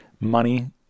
Money